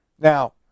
Now